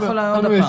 אתה יכול עוד פעם.